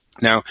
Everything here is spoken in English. Now